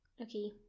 Okay